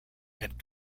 and